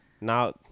now